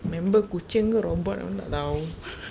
member kucing ke robot pun tak tahu